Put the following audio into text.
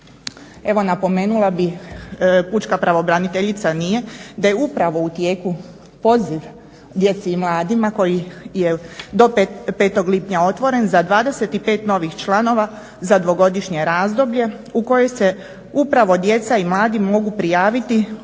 Evo napomenula bih pučka pravobraniteljica nije, da je upravo u tijeku poziv djeci i mladima koji je do 5. lipnja otvoren za 25 novih članova za dvogodišnje razdoblje u kojoj se upravo djeca i mladi mogu prijaviti u mrežu